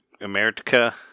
America